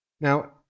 Now